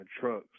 trucks